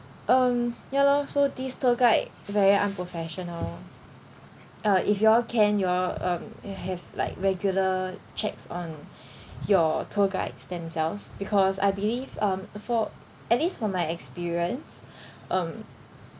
um ya lor so this tour guide very unprofessional uh if you all can you all um have like regular checks on your tour guides themselves because I believe um uh for at least for my experience um